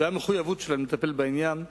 והמחויבות שלהם לטפל בעניין,